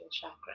chakra